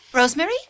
Rosemary